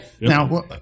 Now